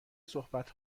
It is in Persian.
صحبت